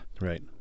Right